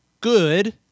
good